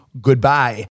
Goodbye